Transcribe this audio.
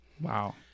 Wow